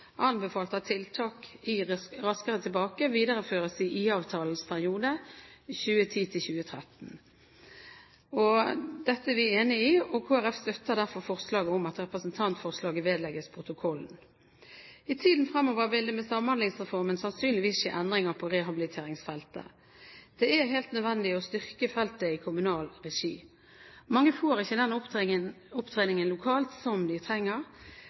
anbefalt at tiltak i Raskere tilbake videreføres i IA-avtalens periode 2010–2013. Dette er vi enig i, og Kristelig Folkeparti støtter derfor forslaget om at representantforslaget vedlegges protokollen. I tiden fremover vil det i forbindelse med Samhandlingsreformen sannsynligvis skje endringer på rehabiliteringsfeltet. Det er helt nødvendig å styrke feltet i kommunal regi. Mange får ikke den opptreningen lokalt som de trenger.